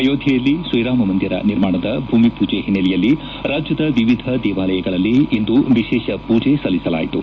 ಅಯೋಧ್ಯೆಯಲ್ಲಿ ಶ್ರೀರಾಮ ಮಂದಿರ ನಿರ್ಮಾಣದ ಭೂಮಿಪೂಜೆ ಹಿನ್ನೆಲೆಯಲ್ಲಿ ರಾಜ್ಯದ ವಿವಿಧ ದೇವಾಲಯಗಳಲ್ಲಿ ಇಂದು ವಿಶೇಷ ಪೂಜೆ ಸಲ್ಲಿಸಲಾಯಿತು